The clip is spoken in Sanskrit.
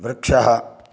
वृक्षः